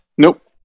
Nope